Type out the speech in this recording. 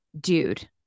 dude